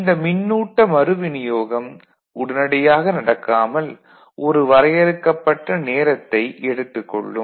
இந்த மின்னூட்ட மறுவிநியோகம் உடனடியாக நடக்காமல் ஒரு வரையறுக்கப்பட்ட நேரத்தை எடுத்துக் கொள்ளும்